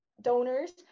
donors